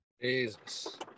Jesus